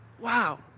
Wow